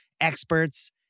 experts